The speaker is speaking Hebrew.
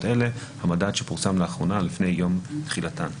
אלה המדד שפורסם לאחרונה לפני יום תחילתן".